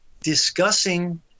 discussing